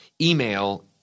email